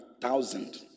thousand